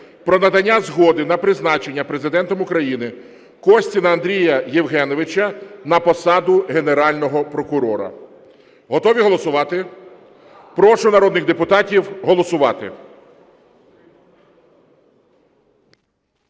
про надання згоди на призначення Президентом України Костіна Андрія Євгеновича на посаду Генерального прокурора. Готові голосувати? Прошу народних депутатів голосувати.